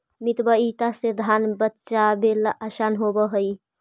मितव्ययिता से धन बचावेला असान होवऽ हई